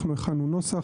אנחנו הכנו נוסח,